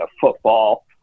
football